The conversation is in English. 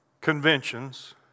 conventions